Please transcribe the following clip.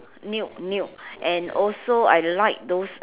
nude nude and also I like those uh